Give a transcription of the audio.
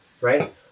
Right